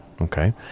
Okay